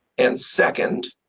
and second,